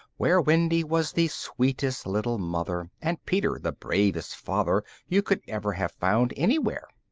where wendy was the sweetest little mother, and peter the bravest father you could ever have found anywhere.